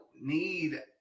need